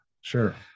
Sure